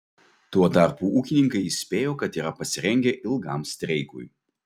tuo tarpu ūkininkai įspėjo kad yra pasirengę ilgam streikui